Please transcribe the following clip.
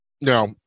now